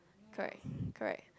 correct correct